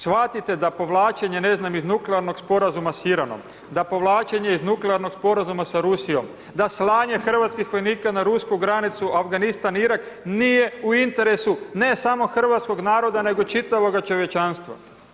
Shvatite da povlačenje, ne znam, iz nuklearnog sporazuma s Iranom, da povlačenje iz nuklearnog sporazuma sa Rusijom, da slanje hrvatskih vojnika na rusku granicu, Afganistan, Irak, nije u interesu, ne samo hrvatskog naroda nego čitavoga čovječanstva.